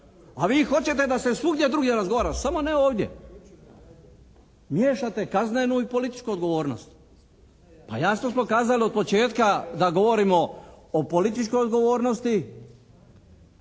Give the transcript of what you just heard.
A vi hoćete da se svugdje drugdje razgovara samo ne ovdje. Miješate kaznenu i političku odgovornost. A jasno smo kazali od početka da govorimo o političkoj odgovornosti.